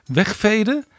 wegveden